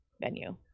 venue